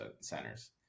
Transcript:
centers